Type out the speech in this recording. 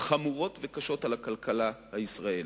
חמורות וקשות על הכלכלה הישראלית.